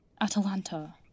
Atalanta